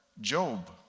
Job